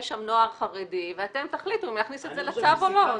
יש שם נוער חרדי ואתם תחליטו אם להכניס את זה לצו או לא.